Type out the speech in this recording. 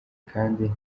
kandi